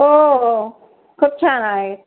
हो हो खूप छान आहेत